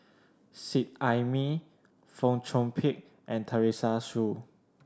Seet Ai Mee Fong Chong Pik and Teresa Hsu